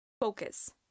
focus